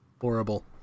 Horrible